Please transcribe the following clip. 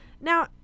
now